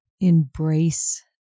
embrace